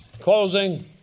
Closing